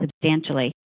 substantially